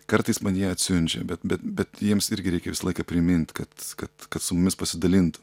kartais man jie atsiunčia bet bet bet jiems irgi reikia visą laiką primint kad kad kad su mumis pasidalintų